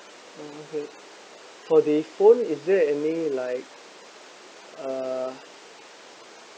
uh okay for the phone is there any like uh